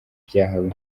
byahawe